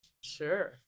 Sure